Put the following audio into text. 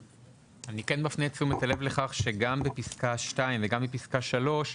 אני כן מפנה את תשומת הלב לכך שגם בפסקה 2 וגם בפסקה 3,